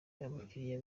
abakiriya